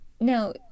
Now